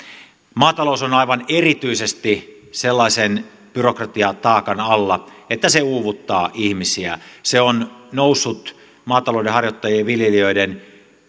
maatalous on aivan erityisesti sellaisen byrokratiataakan alla että se uuvuttaa ihmisiä se on noussut maataloudenharjoittajien ja viljelijöiden